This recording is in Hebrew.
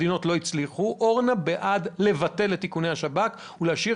תהיה בעד לבטל את איכוני השב"כ ולהשאיר